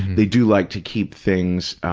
they do like to keep things,